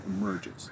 emerges